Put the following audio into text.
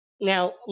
Now